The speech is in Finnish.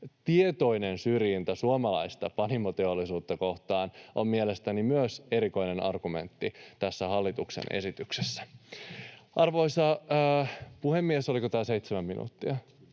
tietoinen syrjintä suomalaista panimoteollisuutta kohtaan on mielestäni myös erikoinen argumentti tässä hallituksen esityksessä. Arvoisa puhemies! Oliko tämä seitsemän minuuttia?